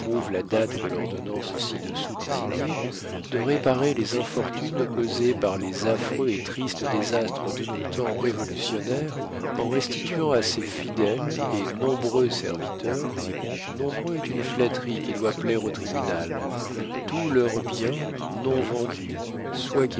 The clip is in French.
la date de l'ordonnance ci-dessous désignée de réparer les infortunes causées par les affreux et tristes désastres de nos temps révolutionnaires en restituant à ses fidèles et nombreux serviteurs nombreux est une flatterie qui doit plaire au tribunal tous leurs biens non vendus